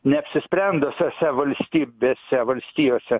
neapsisprendusiose valstybėse valstijose